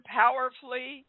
powerfully